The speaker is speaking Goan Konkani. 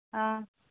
आं